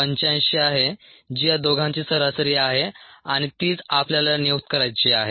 85 आहे जी या दोघांची सरासरी आहे आणि तीच आपल्याला नियुक्त करायची आहे